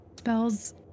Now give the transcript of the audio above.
spells